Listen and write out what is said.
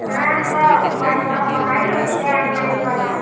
हाँ तो मोबाइल द्वारा पढ़ाई होती है ऑनलाइन द्वारा